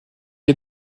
est